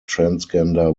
transgender